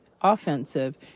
offensive